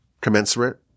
commensurate